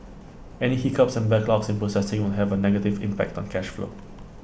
any hiccups and backlogs in processing will have A negative impact on cash flow